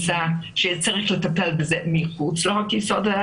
שצריך לטפל בו מחוץ לחוק-יסוד: